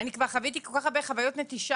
אני כבר חוויתי כל כך הרבה חוויות נטישה,